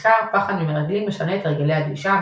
מחקר פחד ממרגלים משנה את הרגלי הגלישה,